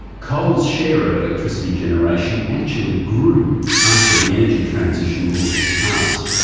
coal's share of electricity generation actually grew after the energy transition laws were passed.